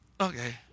okay